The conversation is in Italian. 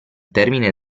termine